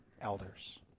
elders